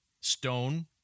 Stone